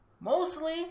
Mostly